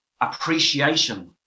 appreciation